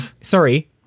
sorry